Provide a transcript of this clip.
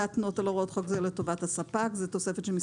יראו מוסד סיעודי מורכב כמוסד רפואי כהגדרתו בסעיף 24 לפקודת בריאות